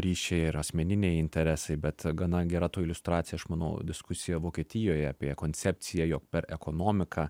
ryšiai ir asmeniniai interesai bet gana gera to iliustracija aš manau diskusija vokietijoje apie koncepciją jog per ekonomiką